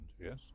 yes